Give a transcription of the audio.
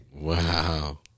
Wow